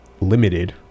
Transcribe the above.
limited